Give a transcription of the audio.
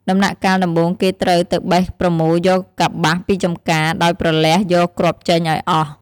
ដំណាក់កាលដំបូងគេត្រូវទៅបេះប្រមូលយកកប្បាសពីចម្ការ ដោយប្រឡេះយកគ្រាប់ចេញឲ្យអស់។